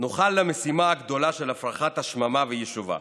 נוכל למשימה הגדולה של הפרחת השממה ויישובה.